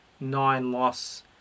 nine-loss